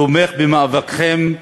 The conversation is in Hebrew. תומך במאבקכם,